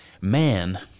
Man